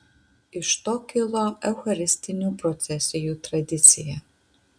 iš to kilo eucharistinių procesijų tradicija